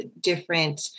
different